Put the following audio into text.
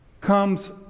comes